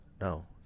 no